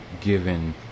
given